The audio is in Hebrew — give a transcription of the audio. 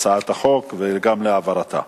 להצעת החוק, וגם להעברתה.